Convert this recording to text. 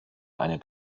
eine